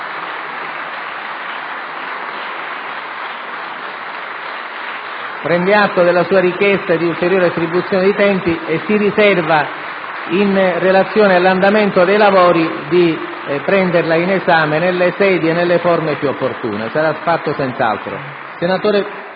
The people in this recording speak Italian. prende atto della sua richiesta di un'ulteriore attribuzione dei tempi e si riserva, in relazione all'andamento dei lavori, di prenderla in esame nelle sedi e nelle forme più opportune. Sarà fatto senz'altro. GARRAFFA